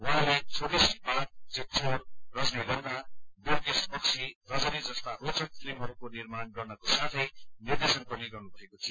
उहाँले छोटी सी बात चितचोर रजनीगन्धा बोमकेश बक्सी रजनी जस्ता रोचक फिल्महरूको निर्माण गर्नको साथै निर्देशन पनि गर्नुमएको थियो